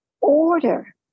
order